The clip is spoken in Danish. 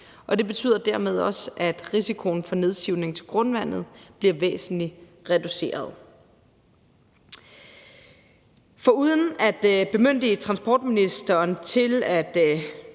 det betyder dermed også, at risikoen for nedsivning til grundvandet bliver væsentlig reduceret. Foruden at bemyndige transportministeren til at